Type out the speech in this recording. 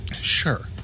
Sure